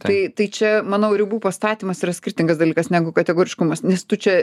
tai tai čia manau ribų pastatymas yra skirtingas dalykas negu kategoriškumas nes tu čia